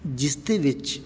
ਜਿਸ ਦੇ ਵਿੱਚ